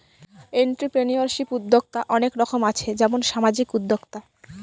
entrepreneurship উদ্যক্তা অনেক রকম আছে যেমন সামাজিক উদ্যোক্তা